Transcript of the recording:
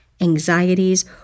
anxieties